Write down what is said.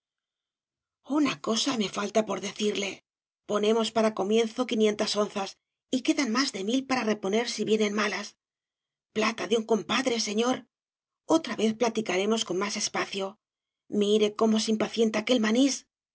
una cosa me falta por decirle ponemos para comienzo quinientas onzas y quedan más de mil para reponer si vienen malas plata de un compadre señor otra vez platicaremos con más espacio mire cómo se impacienta aquel manís un